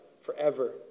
forever